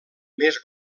més